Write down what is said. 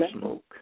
smoke